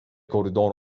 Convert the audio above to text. koridor